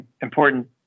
Important